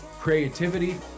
creativity